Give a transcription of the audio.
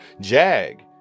Jag